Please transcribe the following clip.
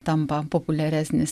tampa populiaresnis